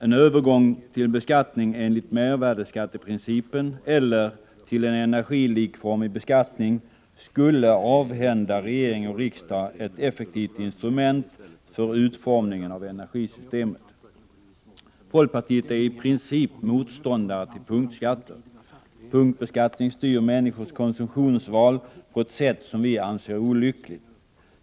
En övergång till beskattning enligt mervärdeskatteprincipen, eller till en energilikformig beskattning, skulle avhända regering och riksdag ett effektivt instrument för utformningen av energisystemet. Folkpartiet är i princip motståndare till punktskatter. Punktbeskattning styr människors konsumtionsval på ett sätt som vi anser vara olyckligt.